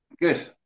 Good